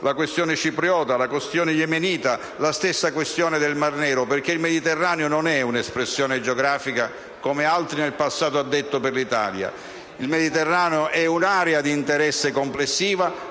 la questione cipriota, la questione yemenita e la stessa questione del Mar Nero perché il Mediterraneo non è solo una espressione geografica, come altri in passato hanno detto per l'Italia, ma è un'area di interesse complessiva,